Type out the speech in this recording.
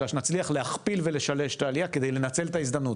אלא שנצליח להכפיל ולשלש את העלייה כדי לנצל את ההזדמנות,